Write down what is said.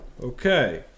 Okay